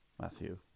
Matthew